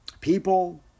people